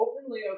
openly